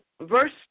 verse